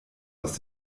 aus